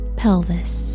pelvis